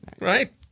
right